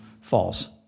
false